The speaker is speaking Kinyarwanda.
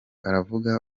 aravuga